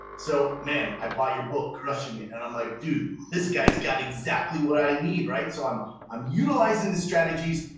so man, i bought your book crushing it! and i'm like, dude, this guy's got exactly what i need, right? so i'm i'm utilizing the strategies,